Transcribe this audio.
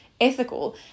ethical